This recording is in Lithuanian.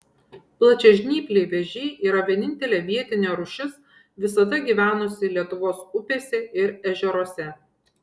plačiažnypliai vėžiai yra vienintelė vietinė rūšis visada gyvenusi lietuvos upėse ir ežeruose